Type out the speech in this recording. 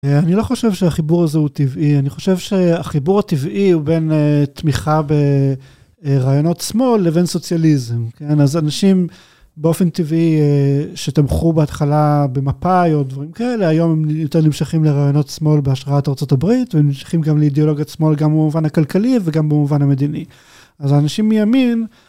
אני לא חושב שהחיבור הזה הוא טבעי, אני חושב שהחיבור הטבעי הוא בין תמיכה ברעיונות שמאל לבין סוציאליזם. כן, אז אנשים באופן טבעי שתמכו בהתחלה או דברים כאלה, היום הם יותר נמשכים לרעיונות שמאל בהשראת ארצות הברית, והם נמשכים גם לאידאולוגיה שמאל גם במובן הכלכלי וגם במובן המדיני. אז האנשים מימין...